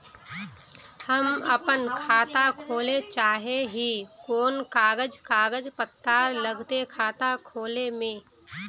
हम अपन खाता खोले चाहे ही कोन कागज कागज पत्तार लगते खाता खोले में?